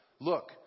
look